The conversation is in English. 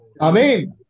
Amen